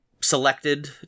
selected